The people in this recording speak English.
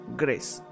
grace